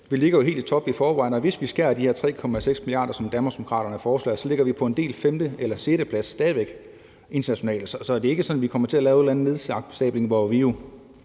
jo ligger helt i top i forvejen, og hvis vi skærer ned med de her 3,6 mia. kr., som Danmarksdemokraterne foreslår, ligger vi stadig væk på en delt femte- eller sjetteplads internationalt. Så det er ikke sådan, at vi kommer til at lave en eller anden nedsabling, hvor man jo